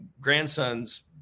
grandsons